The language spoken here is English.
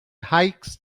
hikes